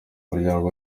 umuryango